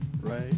right